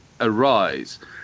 arise